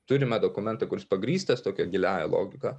turime dokumentą kuris pagrįstas tokia giliąja logika